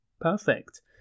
perfect